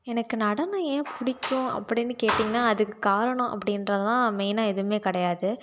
எனக்கு நடனம் ஏன் பிடிக்கும் அப்படின்னு கேட்டிங்கன்னால் அதுக்கு காரணம் அப்படின்றலாம் மெயினாக எதுவுமே கிடையாது